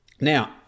Now